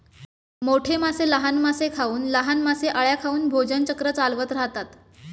मोठे मासे लहान मासे खाऊन, लहान मासे अळ्या खाऊन भोजन चक्र चालवत राहतात